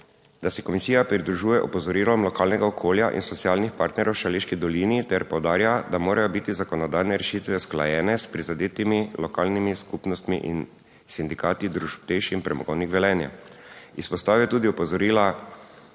da se komisija pridružuje opozorilom lokalnega okolja in socialnih partnerjev v Šaleški dolini ter poudarja, da morajo biti zakonodajne rešitve usklajene s prizadetimi lokalnimi skupnostmi in sindikati družb TEŠ in Premogovnik Velenje. Izpostavil je tudi opozorila